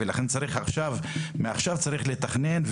לכן כבר עכשיו צריך לתכנן,